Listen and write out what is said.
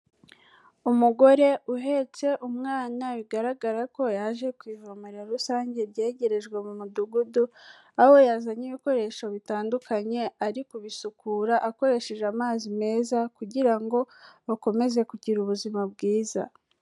Umugore uhetse umwana, bigaragara ko yaje ku ivomero rusange ryegerejwe mu mudugudu, aho yazanye ibikoresho bitandukanye, ari kubisukura akoresheje amazi meza, kugira ngo bakomeze kugira ubuzima bwiza.